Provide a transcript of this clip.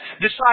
decide